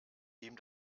ihm